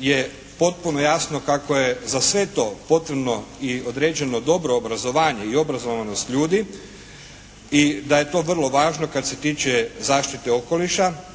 je potpuno jasno kako je za sve to potrebno i određeno dobro obrazovanje i obrazovanost ljudi i da je to vrlo važno kad se tiče zaštite okoliša